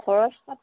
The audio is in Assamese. খৰচ পাতি